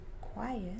quiet